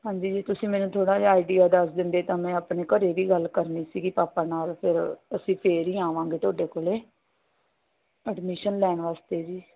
ਹਾਂਜੀ ਜੀ ਤੁਸੀਂ ਮੈਨੂੰ ਥੋੜ੍ਹਾ ਜਿਹਾ ਆਈਡੀਆ ਦੱਸ ਦਿੰਦੇ ਤਾਂ ਮੈਂ ਆਪਣੇ ਘਰ ਵੀ ਗੱਲ ਕਰਨੀ ਸੀਗੀ ਪਾਪਾ ਨਾਲ ਫਿਰ ਅਸੀਂ ਫਿਰ ਹੀ ਆਵਾਂਗੇ ਤੁਹਾਡੇ ਕੋਲ ਐਡਮਿਸ਼ਨ ਲੈਣ ਵਾਸਤੇ ਜੀ